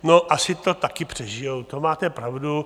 No asi to taky přežijí, to máte pravdu.